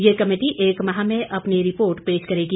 ये कमेटी एक माह में अपनी रिपोर्ट पेश करेगी